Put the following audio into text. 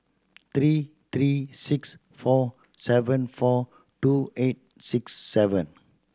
three three six four seven four two eight six seven